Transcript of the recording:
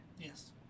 Yes